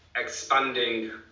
expanding